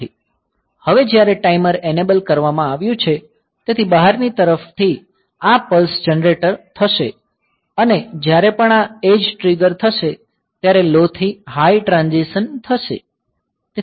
જ્યારે હવે timer enable કરવામાં આવ્યું છે તેથી બહારની તરફથી આ પલ્સ જનરેટ થશે અને જ્યારે પણ આ એડ્જ ટ્રિગર થશે ત્યારે લો થી હાઈ ટ્રાંઝીસન થશે